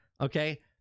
Okay